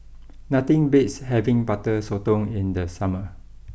nothing beats having Butter Sotong in the summer